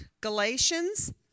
Galatians